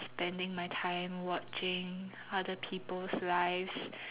spending my time watching other people's lives